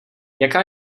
jaká